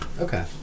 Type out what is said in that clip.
Okay